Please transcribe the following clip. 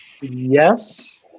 yes